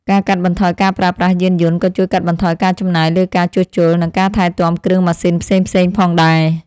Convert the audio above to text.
ការកាត់បន្ថយការប្រើប្រាស់យានយន្តក៏ជួយកាត់បន្ថយការចំណាយលើការជួសជុល និងការថែទាំគ្រឿងម៉ាស៊ីនផ្សេងៗផងដែរ។